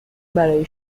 برای